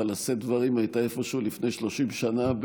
לשאת דברים הייתה איפשהו לפני 30 שנה,